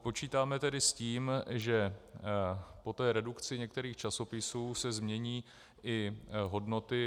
Počítáme tedy s tím, že po té redukci některých časopisů se změní i hodnoty.